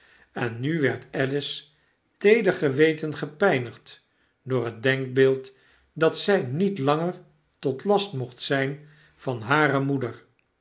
en nu werd alice's teeder geweten gepijnigd door het denkbeeld dat zy niet langer tot last mocht zyn van hare moeder